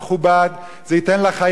זה ייתן לחייל את השכר,